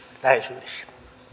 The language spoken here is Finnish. läheisyydessä